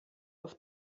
auf